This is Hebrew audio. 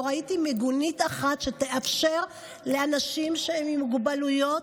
לא ראיתי מיגונית אחת שתאפשר לאנשים עם מוגבלויות,